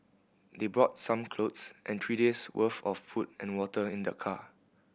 they brought some clothes and three days' worth of food and water in their car